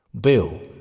Bill